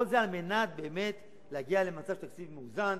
כל זה על מנת באמת להגיע לתקציב מאוזן